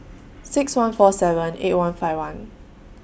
six one four seven eight one five one